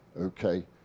okay